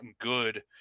good